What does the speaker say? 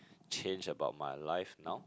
change about my life now